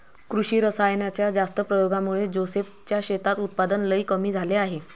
कृषी रासायनाच्या जास्त प्रयोगामुळे जोसेफ च्या शेतात उत्पादन लई कमी झाले आहे